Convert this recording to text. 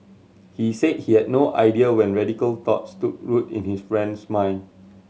he said he had no idea when radical thoughts took root in his friend's mind